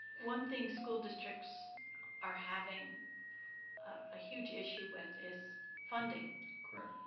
one thing school districts are having a huge issue with is funding correct.